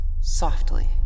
softly